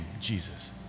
Jesus